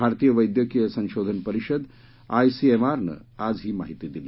भारतीय वैद्यकीय संशोधन परिषद आयसीएमआर नं आज ही माहिती दिली